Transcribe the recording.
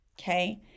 okay